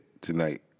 tonight